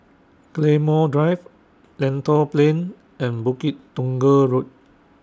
Claymore Drive Lentor Plain and Bukit Tunggal Road